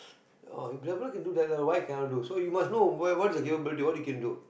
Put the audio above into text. oh if that fellow can do that well why cannot do so you must know where what is your capability what you can do